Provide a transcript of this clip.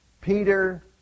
Peter